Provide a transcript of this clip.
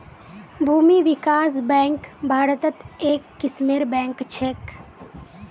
भूमि विकास बैंक भारत्त एक किस्मेर बैंक छेक